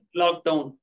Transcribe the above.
lockdown